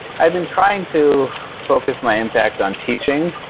i've been trying to focus my impact on teaching.